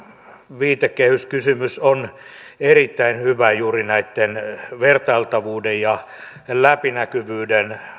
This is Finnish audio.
viitekehyskysymys on erittäin hyvä juuri tämän vertailtavuuden ja läpinäkyvyyden